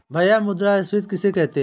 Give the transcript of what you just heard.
भैया मुद्रा स्फ़ीति किसे कहते हैं?